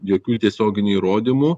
jokių tiesioginių įrodymų